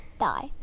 die